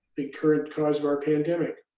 the current cause of our pandemic.